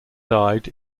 died